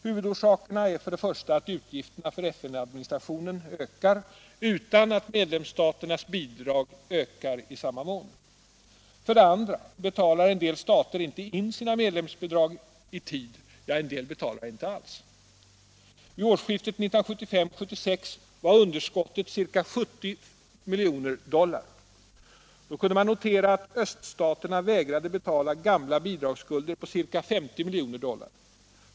Huvudorsakerna är för det första att utgifterna för FN-administrationen ökar utan att medlemsstaternas bidrag ökar i samma mån. För det andra betalar en del stater inte in sina medlemsbidrag i tid, ja, en del betalar inte alls. Vid årsskiftet 1975-1976 var underskottet ca 70 milj. dollar. Då kunde man notera att öststaterna vägrade betala gamla bidragsskulder på ca 50 milj. dollar.